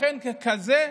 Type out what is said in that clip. לכן, ככזה,